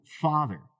Father